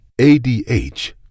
ADH